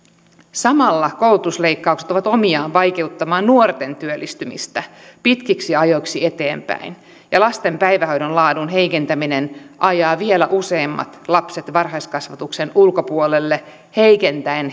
samalla koulutusleikkaukset ovat omiaan vaikeuttamaan nuorten työllistymistä pitkiksi ajoiksi eteenpäin ja lasten päivähoidon laadun heikentäminen ajaa vielä useammat lapset varhaiskasvatuksen ulkopuolelle heikentäen